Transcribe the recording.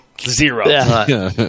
Zero